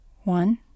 One